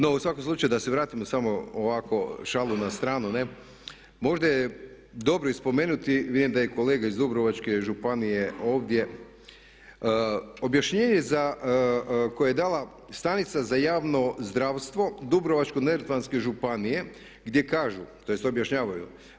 No u svakom slučaju da se vratimo samo ovako šalu na stranu, možda je dobro i spomenuti, vidim da je i kolega iz Dubrovačke županije ovdje objašnjenje koje je dala stanica za javno zdravstvo Dubrovačko-neretvanske županije gdje kažu, tj objašnjavaju.